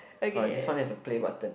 but this one is a play button